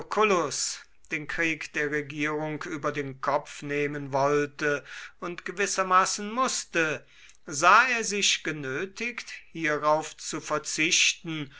lucullus den krieg der regierung über den kopf nehmen wollte und gewissermaßen mußte sah er sich genötigt hierauf zu verzichten